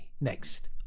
next